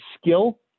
skill